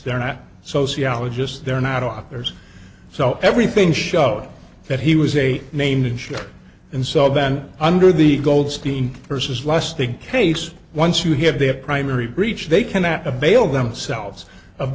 they're not sociologists they're not authors so everything show that he was a named insured and so then under the goldstein versus lustig case once you have their primary breach they can at a bail themselves of